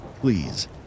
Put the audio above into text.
Please